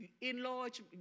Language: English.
enlarge